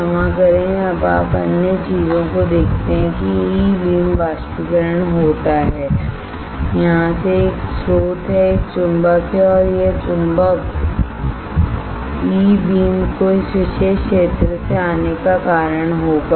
क्षमा करें अब आप अन्य चीजों को देखते हैं कि ई बीम वाष्पीकरण होता है यहां से एक स्रोत है एक चुंबक है और यह चुंबक ई बीम के इस विशेष क्षेत्र से आने का कारण होगा